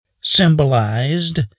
symbolized